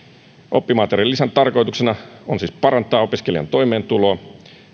oppimateriaalilisän tarkoituksena on siis parantaa opiskelijan toimeentuloa